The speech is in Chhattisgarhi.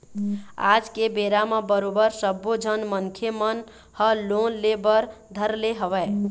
आज के बेरा म बरोबर सब्बो झन मनखे मन ह लोन ले बर धर ले हवय